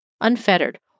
unfettered